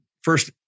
First